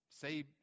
say